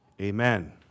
Amen